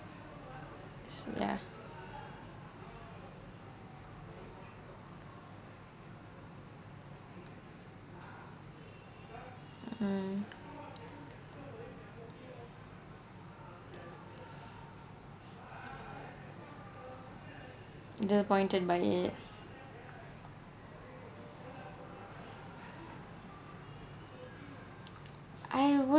so ya mm disappointed by it I wouldn't